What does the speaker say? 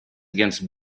against